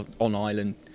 on-island